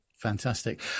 Fantastic